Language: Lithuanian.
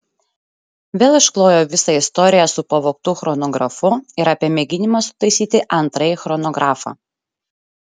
vėl išklojo visą istoriją su pavogtu chronografu ir apie mėginimą sutaisyti antrąjį chronografą